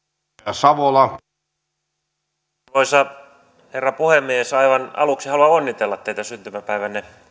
arvoisa herra puhemies aivan aluksi haluan onnitella teitä syntymäpäivänne